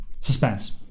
suspense